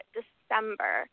December